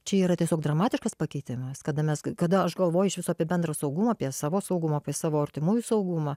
čia yra tiesiog dramatiškas pakeitimas kada mes kada aš galvoju iš viso apie bendrą saugumą apie savo saugumą apie savo artimųjų saugumą